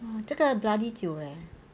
!wah! 这个 bloody 久 eh